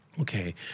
Okay